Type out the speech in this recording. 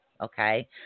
Okay